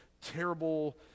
terrible